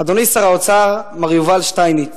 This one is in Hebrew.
אדוני שר האוצר מר יובל שטייניץ,